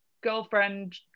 girlfriend